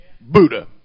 Buddha